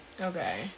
okay